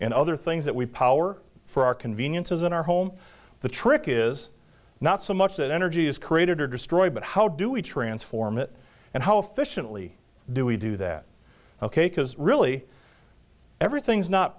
and other things that we power for our conveniences in our home the trick is not so much that energy is created or destroyed but how do we transform it and how efficiently do we do that ok because really everything's not